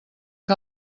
que